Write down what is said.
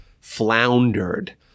floundered